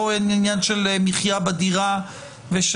פה אין עניין של מחייה בדירה וכולי,